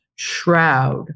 shroud